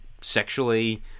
sexually